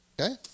Okay